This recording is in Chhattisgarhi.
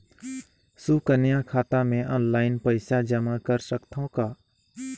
सुकन्या खाता मे ऑनलाइन पईसा जमा कर सकथव का?